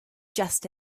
just